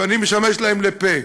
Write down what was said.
ואני משמש להם לפה.